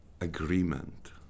agreement